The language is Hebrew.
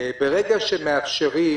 ברגע שמאפשרים,